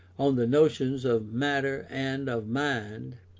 on the notions of matter and of mind,